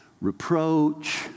Reproach